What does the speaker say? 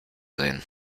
sehen